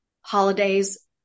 holidays